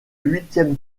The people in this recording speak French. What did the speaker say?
huitième